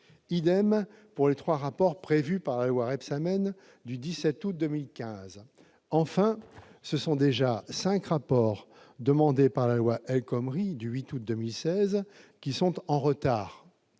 pour les trois rapports prévus par la loi Rebsamen du 17 août 2015. Enfin, ce sont déjà cinq rapports prévus par la loi El Khomri du 8 août 2016 qui sont en retard.